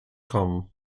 kommen